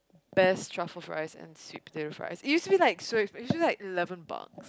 best truffle fries and sweet potato fries it used to be like so expensive usually like eleven bucks